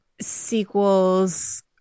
sequels